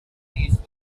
pleased